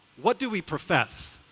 what do we profess?